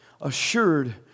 assured